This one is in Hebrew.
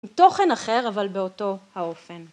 תוכן אחר אבל באותו האופן.